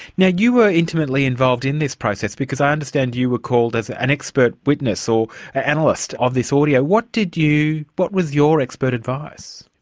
now, you were intimately involved in this process, because i understand you were called as an expert witness or analyst of this audio. what did you. what was your expert advice?